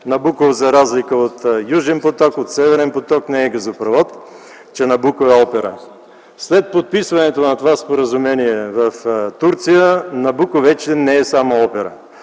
„Набуко” за разлика от „Южен поток”, от „Северен поток”, не е газопровод, че „Набуко” е опера. След подписването на това споразумение в Турция, „Набуко” вече не е само опера.